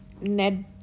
Ned